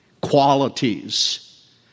qualities